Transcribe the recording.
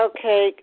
Okay